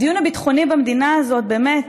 הדיון הביטחוני במדינה הזאת באמת